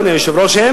אדוני היושב-ראש,